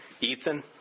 Ethan